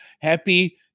Happy